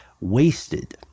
wasted